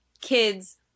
kids